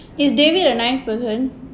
is david a nice person